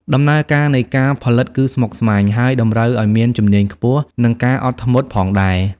ដំណើរការនៃការផលិតគឺស្មុគស្មាញ ហើយតម្រូវឲ្យមានជំនាញខ្ពស់ និងការអត់ធ្មត់ផងដែរ។